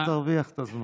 אתה תרוויח את הזמן.